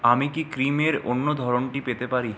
আমি কি ক্রিমের অন্য ধরনটি পেতে পারি